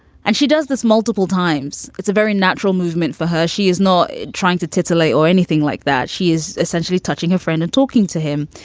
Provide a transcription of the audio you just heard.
and she does this multiple times. it's a very natural movement for her. she is not trying to titillate or anything like that. she is essentially touching her friend and talking to him.